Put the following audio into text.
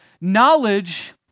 knowledge